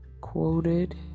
quoted